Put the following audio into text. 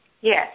Yes